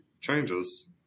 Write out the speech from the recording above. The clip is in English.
changes